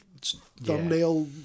thumbnail